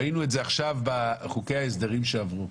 ראינו את זה עכשיו בחוקי ההסדרים שעברו.